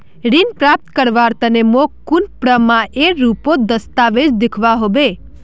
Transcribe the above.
ऋण प्राप्त करवार तने मोक कुन प्रमाणएर रुपोत दस्तावेज दिखवा होबे?